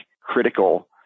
critical